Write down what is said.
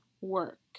work